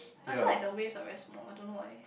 I feel like the wave are very small I don't know eh